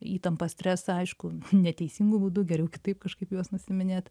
įtampą stresą aišku neteisingu būdu geriau taip kažkaip juos nusiiminėt